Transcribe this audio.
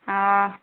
ହଁ